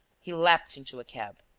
he leapt into a cab.